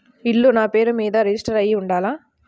ఇల్లు నాపేరు మీదే రిజిస్టర్ అయ్యి ఉండాల?